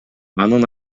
анын